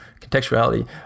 contextuality